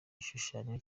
igishushanyo